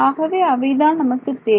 ஆகவே அவை தான் நமக்கு தேவை